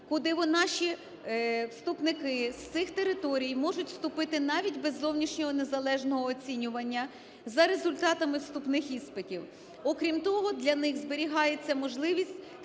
куди наші вступники з цих територій можуть вступити навіть без зовнішнього незалежного оцінювання за результатами вступних іспитів. Окрім того, для них зберігається можливість